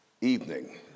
evening